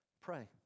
Pray